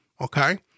Okay